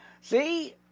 See